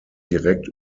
direkt